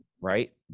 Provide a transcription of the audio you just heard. right